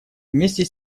вместе